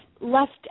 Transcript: left